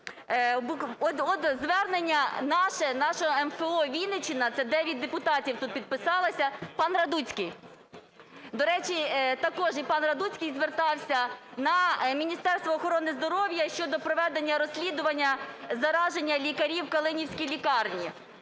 От звернення наше, нашого МФО "Вінниччина", це 9 депутатів тут підписалися. Пан Радуцький, до речі, також і пан Радуцький звертався на Міністерство охорони здоров'я щодо проведення розслідування зараження лікарів у калинівській лікарні.